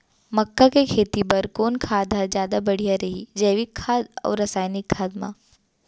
मक्का के खेती बर कोन खाद ह जादा बढ़िया रही, जैविक खाद अऊ रसायनिक खाद मा?